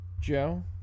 Joe